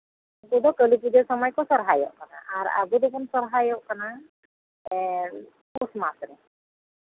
ᱩᱱᱠᱩ ᱠᱚᱫᱚ ᱠᱟᱹᱞᱤᱯᱩᱡᱟᱹ ᱥᱚᱢᱚᱭ ᱠᱚ ᱥᱚᱨᱦᱟᱭᱚᱜ ᱠᱟᱱᱟ ᱟᱨ ᱟᱵᱚ ᱫᱚᱵᱚᱱ ᱥᱚᱨᱦᱟᱭᱚᱜ ᱠᱟᱱᱟ ᱯᱩᱥ ᱢᱟᱥᱨᱮ